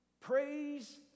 Praise